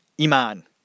Iman